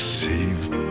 saved